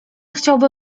chciałby